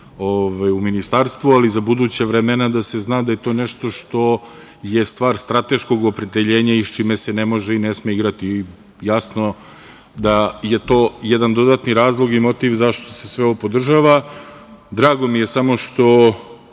u ministarstvu, ali za buduća vremena da se zna da je to nešto što je stvar strateškog opredeljenja i sa čime se ne može i ne sme igrati. Jasno je da je to jedan dodatan razlog i motiv zašto se sve ovo podržava. Drago mi je što